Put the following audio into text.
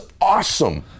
awesome